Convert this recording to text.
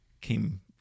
came